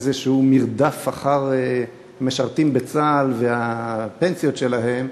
איזה מרדף אחר משרתים בצה"ל והפנסיות שלהם,